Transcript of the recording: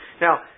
Now